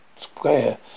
Square